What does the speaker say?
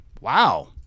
Wow